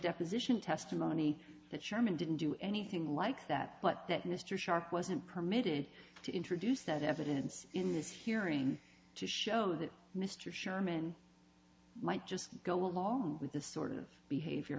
deposition testimony that sherman didn't do anything like that but that mr sharp wasn't permitted to introduce that evidence in this hearing to show that mr sherman might just go along with the sort of behavior